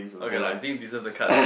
okay lah I think deserve the card lah